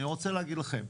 אני רוצה להגיד לכם,